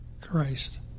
Christ